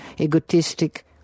egotistic